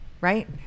right